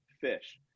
fish